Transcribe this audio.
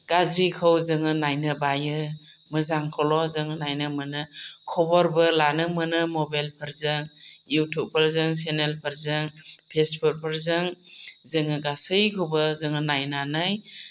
गाज्रिखौ जोङो नायनो बायो मोजांखौल' जोङो नायनो मोजां मोनो खबरबो लानो मोनो मबाइलफोरजों युटुबफोरजों सेनेलफोरजों फेसबुकफोरजों जोङो गासैखौबो जोङो नायनानै